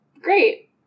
great